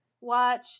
watch